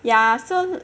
ya so